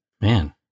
man